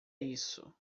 isso